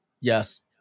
Yes